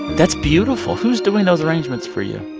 that's beautiful. who's doing those arrangements for you?